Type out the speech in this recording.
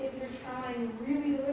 you're trying really